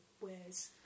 wears